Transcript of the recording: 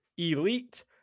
Elite